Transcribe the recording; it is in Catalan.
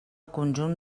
conjunt